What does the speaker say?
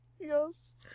Yes